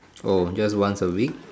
oh just once a week